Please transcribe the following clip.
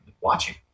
watching